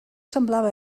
semblava